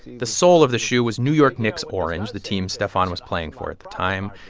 the sole of the shoe was new york knicks orange, the team stephon was playing for at the time.